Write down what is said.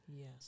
Yes